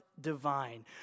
divine